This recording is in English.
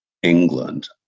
England